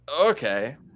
Okay